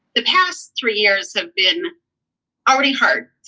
the past three years have been already hard.